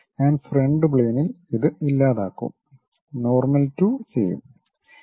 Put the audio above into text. ഞാൻ ഫ്രണ്ട് പ്ലെയിനിൽ ഇത് ഇല്ലാതാക്കും നോർമൽ ടു ചെയ്യും